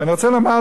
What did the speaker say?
בשבוע שעבר,